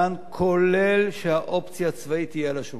כולל שהאופציה הצבאית תהיה על השולחן?